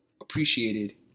appreciated